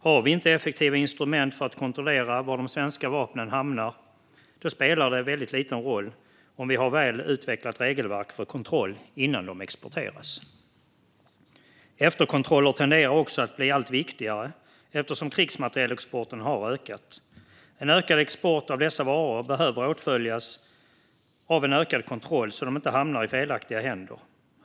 Har vi inte effektiva instrument för att kontrollera var de svenska vapnen hamnar spelar det väldigt liten roll om vi har ett väl utvecklat regelverk för kontroll innan de exporteras. Efterkontroller tenderar också att bli allt viktigare eftersom krigsmaterielexporten har ökat. En ökad export av dessa varor behöver åtföljas av en ökad kontroll så att de inte hamnar i fel händer.